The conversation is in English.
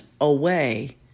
away